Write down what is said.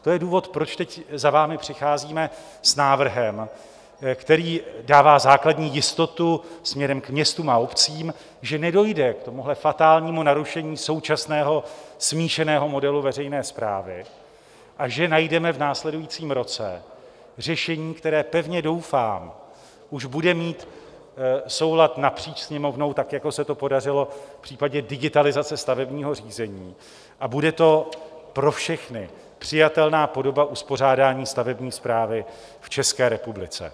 To je důvod, proč teď za vámi přicházíme s návrhem, který dává základní jistotu směrem k městům a obcím, že nedojde k fatálnímu narušení současného smíšeného modelu veřejné správy a že najdeme v následujícím roce řešení, které pevně doufám už bude mít soulad napříč Sněmovnou, tak jako se to podařilo v případě digitalizace stavebního řízení, a bude to přijatelná podoba uspořádání stavební správy v České republice.